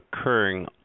occurring